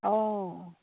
অঁ